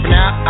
now